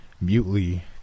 mutely